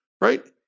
right